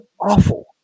awful